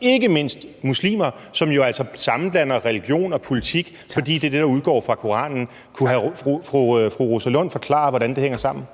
ikke mindst muslimer, som jo altså sammenblander religion og politik, fordi det er det, der udgår fra Koranen. Kunne fru Rosa Lund forklare, hvordan det hænger sammen?